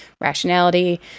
rationality